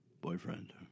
boyfriend